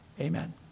amen